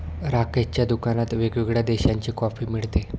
राकेशच्या दुकानात वेगवेगळ्या देशांची कॉफी मिळते